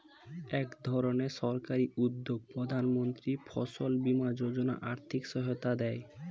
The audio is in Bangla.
একধরনের সরকারি উদ্যোগ প্রধানমন্ত্রী ফসল বীমা যোজনা আর্থিক সহায়তা দেয়